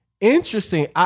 Interesting